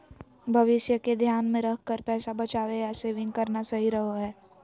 भविष्य के ध्यान मे रखकर पैसा बचावे या सेविंग करना सही रहो हय